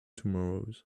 tomorrows